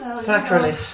Sacrilege